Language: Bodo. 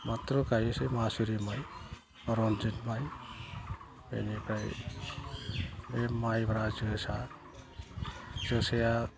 माथ्र' गायोसै मासुरि माइ रनजित माइ बेनिफ्राय बे माइब्रा जोसा जोसाया